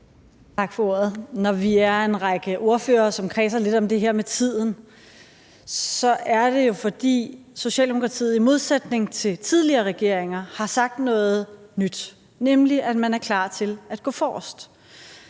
Tak for ordet. Når vi er en række ordførere, som kredser lidt om det her med tiden, er det jo, fordi Socialdemokratiet i modsætning til tidligere regeringer har sagt noget nyt, nemlig at man er klar til at gå forrest.